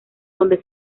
donde